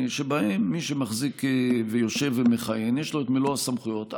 שבהם מי שמחזיק ויושב ומכהן יש לו את מלוא הסמכויות,